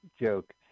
joke